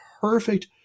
perfect